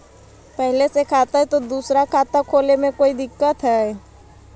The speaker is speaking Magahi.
पहले से खाता है तो दूसरा खाता खोले में कोई दिक्कत है?